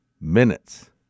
minutes